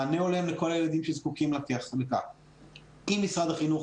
מענה הולם לכל הילדים שזקוקים ל --- אם משרד החינוך